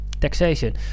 taxation